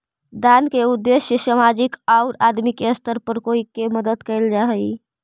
दान के उद्देश्य सामाजिक औउर आदमी के स्तर पर कोई के मदद कईल जा हई